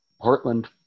Portland